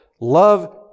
Love